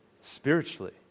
Spiritually